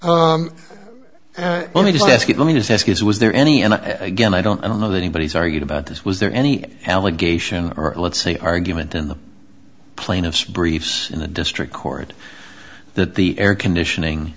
me just ask you let me just ask is was there any and again i don't i don't know that anybody's argued about this was there any allegation or let's say argument in the plaintiff's briefs in a district court that the air conditioning